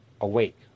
awake